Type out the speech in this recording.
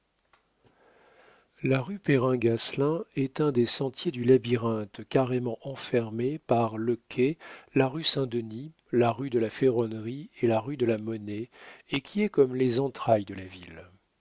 la rue perrin gasselin est un des sentiers du labyrinthe carrément enfermé par le quai la rue saint-denis la rue de la ferronnerie et la rue de la monnaie et qui est comme les entrailles de la ville